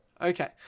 okay